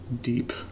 Deep